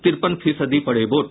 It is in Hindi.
तिरपन फीसदी पड़े वोट